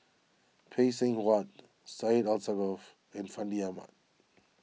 Phay Seng Whatt Syed Alsagoff and Fandi Ahmad